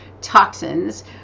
Toxins